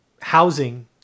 housing